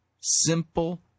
simple